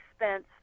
expense